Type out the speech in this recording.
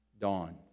dawn